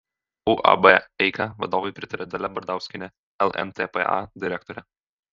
uab eika vadovui pritaria dalia bardauskienė lntpa direktorė